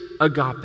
agape